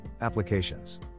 applications